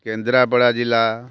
କେନ୍ଦ୍ରାପଡ଼ା ଜିଲ୍ଲା